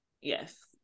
yes